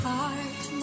heart